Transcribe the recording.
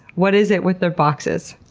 what is it with their boxes?